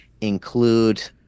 include